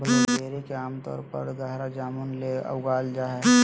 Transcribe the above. blueberry के आमतौर पर गहरा जामुन ले उगाल जा हइ